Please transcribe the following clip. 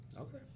Okay